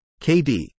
KD